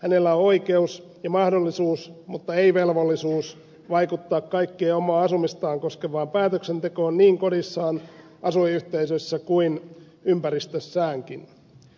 hänellä on oikeus ja mahdollisuus mutta ei velvollisuus vaikuttaa kaikkeen omaa asumistaan koskevaan päätöksentekoon niin kodissaan asuinyhteisössä kuin ympäristössäänkin